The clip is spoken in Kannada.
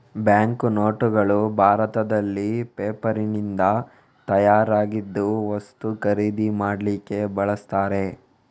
ಬ್ಯಾಂಕು ನೋಟುಗಳು ಭಾರತದಲ್ಲಿ ಪೇಪರಿನಿಂದ ತಯಾರಾಗಿದ್ದು ವಸ್ತು ಖರೀದಿ ಮಾಡ್ಲಿಕ್ಕೆ ಬಳಸ್ತಾರೆ